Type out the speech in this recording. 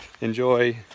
enjoy